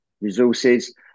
Resources